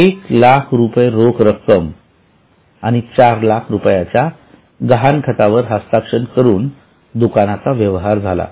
१००००० रुपये रोख रक्कम आणि ४००००० रुपयाच्या गहाणखतावर हस्ताक्षर करून दुकानाचा व्यवहार झाला